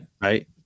Right